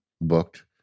booked